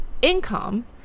income